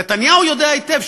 נתניהו יודע היטב,